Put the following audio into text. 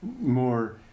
more